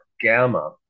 Gamma